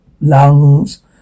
lungs